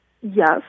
yes